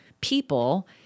People